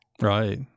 Right